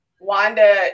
Wanda